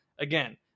Again